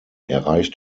erreicht